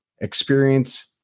experience